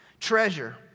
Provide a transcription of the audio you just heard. Treasure